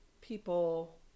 people